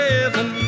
Heaven